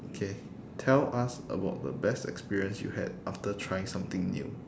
okay tell us about the best experience you had after trying something new